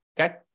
Okay